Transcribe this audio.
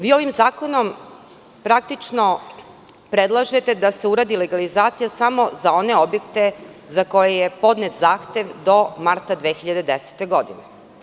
Vi ovim zakonom praktično predlažete da se uradi legalizacija samo za one objekte za koje je podnet zahtev do marta 2010. godine.